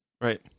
Right